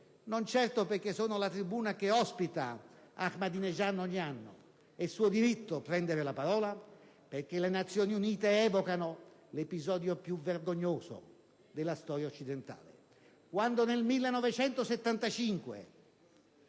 non certo perché sono una tribuna che ospita Ahmadinejad ogni anno - è suo diritto prendere la parola - ma perché evocano l'episodio più vergognoso della storia occidentale, quando nel 1975